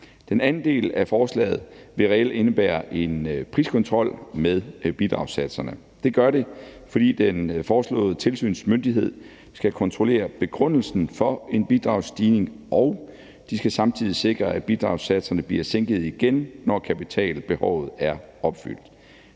Den anden del af forslaget vil reelt indebære en priskontrol med bidragssatserne. Det gør det, fordi den foreslåede tilsynsmyndighed skal kontrollere begrundelsen for en bidragsstigning, og de skal samtidig sikre, at bidragssatserne bliver sænket igen, når kapitalbehovet er opfyldt.